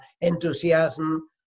enthusiasm